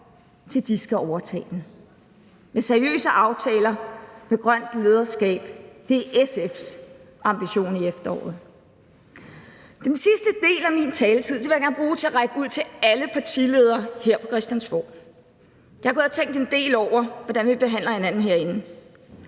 til de skal overtage den, med seriøse aftaler og med grønt lederskab? Det er SF's ambition i efteråret. Den sidste del af min taletid vil jeg gerne bruge til at række ud til alle partiledere her på Christiansborg. Jeg har gået og tænkt en del over, hvordan vi behandler hinanden herinde,